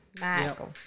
Michael